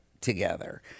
together